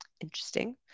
Interesting